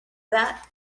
that